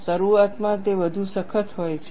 શરૂઆતમાં તે વધુ સખત હોય છે